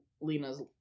Lena's